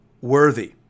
worthy